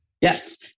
Yes